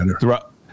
throughout